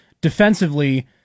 Defensively